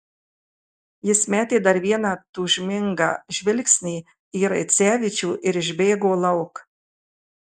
jis metė dar vieną tūžmingą žvilgsnį į raicevičių ir išbėgo lauk